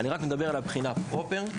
אני רק מדבר על הבחינה פרופר.